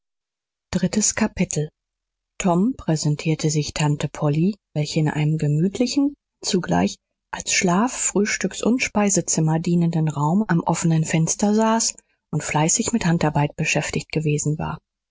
drittes kapitel tom präsentierte sich tante polly welche in einem gemütlichen zugleich als schlaf frühstücks und speisezimmer dienenden raum am offenen fenster saß und fleißig mit handarbeit beschäftigt gewesen war